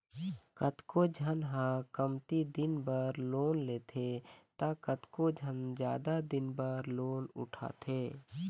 कतको झन ह कमती दिन बर लोन लेथे त कतको झन जादा दिन बर लोन उठाथे